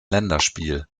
länderspiel